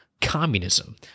communism